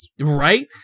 right